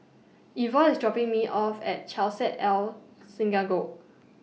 Ivor IS dropping Me off At Chesed El